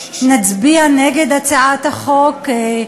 נצביע נגד הצעת החוק.